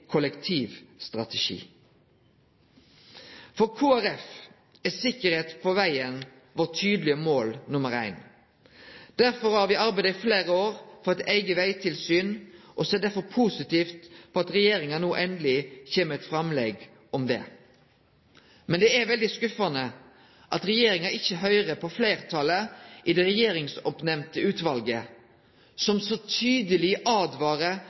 Kristeleg Folkeparti er sikkerheit på vegen vårt tydelege mål nr. 1. Derfor har me arbeidd i fleire år for eit eige vegtilsyn, og ser derfor positivt på at regjeringa no endeleg kjem med eit framlegg om det. Men det er veldig skuffande at regjeringa ikkje hører på fleirtalet i det regjeringsoppnemnde utvalet, som så tydeleg